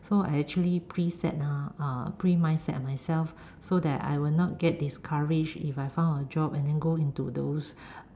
so I actually preset ah uh pre mindset myself so that I would not get discouraged if I found a job and then go into those